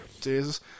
Jesus